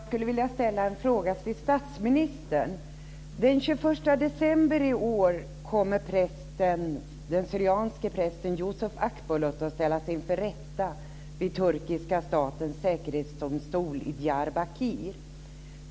Fru talman! Jag skulle vilja ställa en fråga till statsministern. Den 21 december i år kommer den syrianske prästen Yusuf Akbulut att ställas inför rätta i turkiska statens säkerhetsdomstol i Diyarbakir.